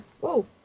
Whoa